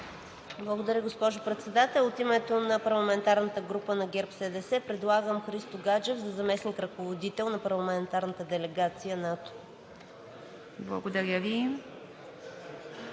Благодаря, госпожо Председател. От името на парламентарната група на ГЕРБ-СДС предлагам Христо Гаджев за заместник-ръководител на постоянната делегация в Парламентарната